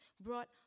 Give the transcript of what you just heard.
brought